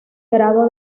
grado